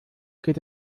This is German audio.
geht